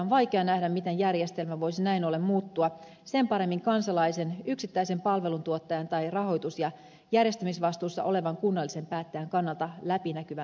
on vaikea nähdä miten järjestelmä voisi näin ollen muuttua sen paremmin kansalaisen yksittäisen palvelutuottajan tai rahoitus ja järjestämisvastuussa olevan kunnallisen päättäjän kannalta läpinäkyvämmäksi